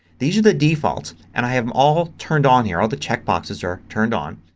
these are the defaults and i have them all turned on here. all the check boxes are turned on.